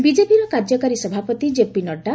ବିକେପିର କାର୍ଯ୍ୟକାରୀ ସଭାପତି କ୍ଷେପି ନଡ଼ୁ